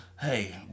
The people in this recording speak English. Hey